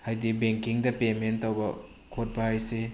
ꯍꯥꯏꯗꯤ ꯕꯦꯡꯀꯤꯡꯗ ꯄꯦꯃꯦꯟ ꯇꯧꯕ ꯈꯣꯠꯄ ꯍꯥꯏꯁꯤ